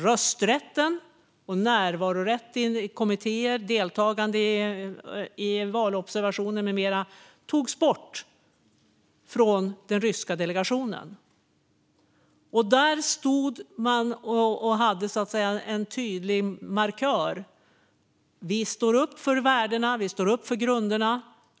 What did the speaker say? Rösträtten och närvarorätten i kommittéer liksom deltagande i valobservationer med mera togs bort från den ryska delegationen. Det var en tydlig markör: Vi står upp för värdena, och vi står upp för grunderna.